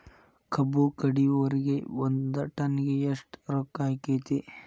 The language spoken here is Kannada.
ಕಬ್ಬು ಕಡಿಯುವರಿಗೆ ಒಂದ್ ಟನ್ ಗೆ ಎಷ್ಟ್ ರೊಕ್ಕ ಆಕ್ಕೆತಿ?